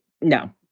no